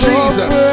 Jesus